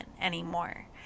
anymore